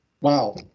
wow